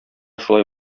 шулай